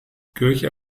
kirche